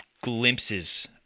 glimpses